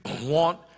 want